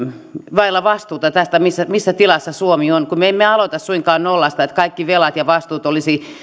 vailla vastuuta tästä missä missä tilassa suomi on kun me emme aloita suinkaan nollasta niin että kaikki velat ja vastuut olisi